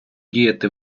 діяти